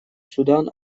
судан